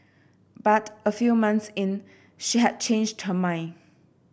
but a few months in she had changed her mind